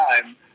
time